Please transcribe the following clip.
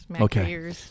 Okay